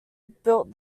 built